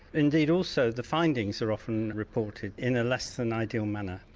indeed also the findings are often reported in a less than ideal manner.